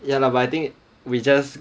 ya lah but I think we just